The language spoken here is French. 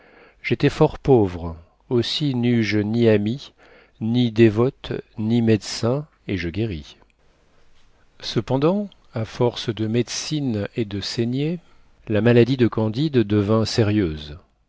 j'étais fort pauvre aussi neus je ni amis ni dévotes ni médecins et je guéris cependant à force de médecines et de saignées la maladie de candide devint sérieuse